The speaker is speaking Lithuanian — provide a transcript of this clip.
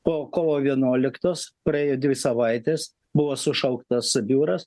po kovo vienuoliktos praėjo dvi savaitės buvo sušauktas biuras